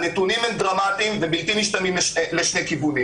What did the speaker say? הנתונים דרמטיים ובלתי משתמעים לשני כיוונים.